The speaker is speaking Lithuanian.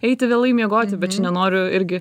eiti vėlai miegoti bet čia nenoriu irgi